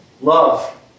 Love